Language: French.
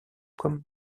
pom